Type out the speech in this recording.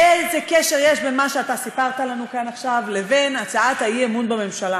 איזה קשר בין מה שאתה סיפרת לנו כאן עכשיו לבין הצעת האי-אמון בממשלה.